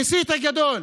המסית הגדול.